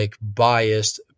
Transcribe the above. biased